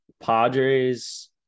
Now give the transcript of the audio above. Padres